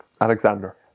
Alexander